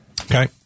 Okay